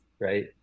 right